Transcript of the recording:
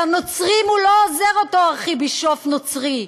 לנוצרים הוא לא עוזר, אותו ארכיבישוף נוצרי.